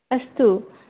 अस्तु